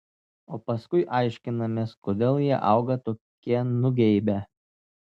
o paskui aiškinamės kodėl jie auga tokie nugeibę